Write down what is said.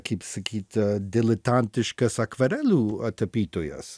kaip sakyt diletantiškas akvarelių tapytojas